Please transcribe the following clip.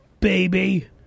Baby